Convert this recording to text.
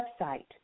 website